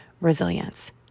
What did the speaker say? resilience